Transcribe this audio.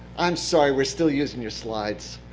i'm sorry. we're still using your slides.